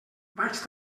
vaig